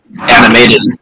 animated